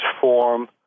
form